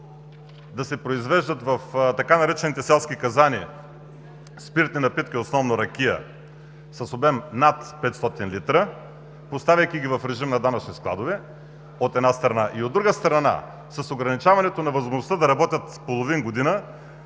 напитки в така наречените „селски казани“, основно ракия, с обем над 500 литра, поставяйки ги в режим на данъчни складове, от една страна, от друга страна, с ограничаването на възможността да работят половин година,